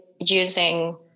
using